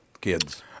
kids